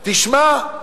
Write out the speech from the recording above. תשמע,